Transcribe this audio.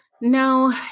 No